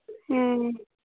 ᱦᱮᱸ